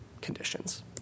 conditions